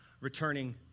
returning